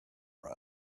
run